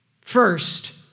First